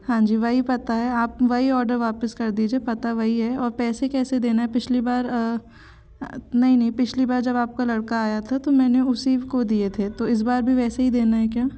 हाँ जी वही पता है आप वही ऑडर वापस कर दीजिए पता वही है और पैसे कैसे देना है पिछली बार नहीं नहीं पिछली बार जब आपका लड़का आया था तो मैंने उसी को दिए थे तो इस बार भी वैसे ही देना है क्या